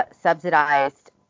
subsidized